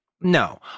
No